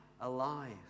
alive